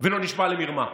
ולא נשמע למרמה.